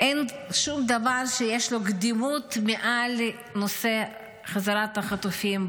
אין שום דבר שיש לו קדימות מעל לנושא חזרת החטופים,